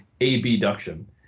abduction